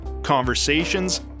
Conversations